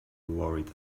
worried